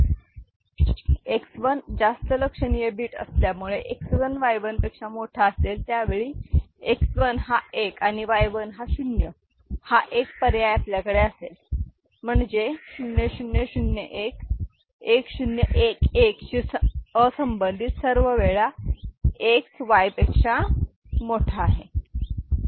X 1 जास्त लक्षणीय bit असल्यामुळे X 1 Y 1 पेक्षा मोठा असेल त्यावेळी X 1 हा एक आणि Y 1 हा शून्य हा एक पर्याय आपल्याकडे असेल म्हणजे 0 0 0 1 1 0 1 1 शी असंबंधित सर्व वेळा X Y पेक्षा मोठा आहे